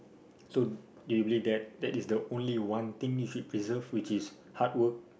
so they believe that that is the only one thing if it preserve which is hard work